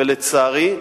ולצערי,